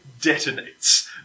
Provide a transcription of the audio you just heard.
detonates